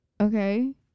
okay